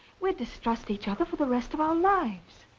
we'd distrust each other for the rest of our lives.